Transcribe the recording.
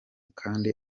kandi